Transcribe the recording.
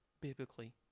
biblically